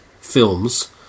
films